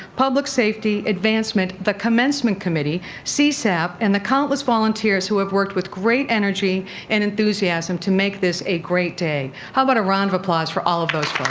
public safety, advancement, the commencement committee, cesap, and the countless volunteers who have worked with great energy and enthusiasm to make this a great day. how about a round of applause for all of those